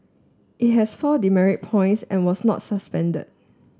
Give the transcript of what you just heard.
it has four demerit points and was not suspended